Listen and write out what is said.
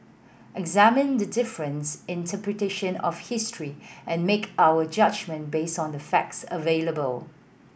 examine the difference interpretation of history and make our judgement based on the facts available